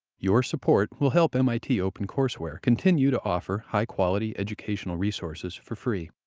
your support will help mit opencourseware continue to offer high quality educational resources for free.